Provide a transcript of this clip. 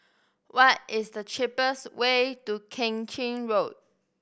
what is the cheapest way to Keng Chin Road